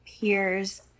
peers